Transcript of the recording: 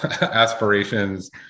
aspirations